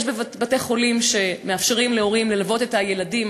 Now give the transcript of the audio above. יש בתי-חולים שמאפשרים להורים ללוות את הילדים,